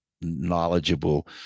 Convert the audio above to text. knowledgeable